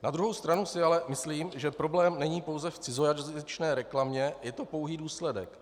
Na druhou stranu si ale myslím, že problém není pouze v cizojazyčné reklamě, je to pouhý důsledek.